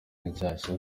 nshyashya